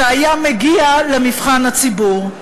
זה היה מגיע למבחן הציבור.